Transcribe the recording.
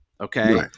Okay